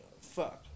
fuck